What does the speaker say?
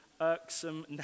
irksome